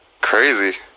crazy